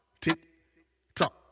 Tick-tock